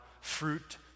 fruit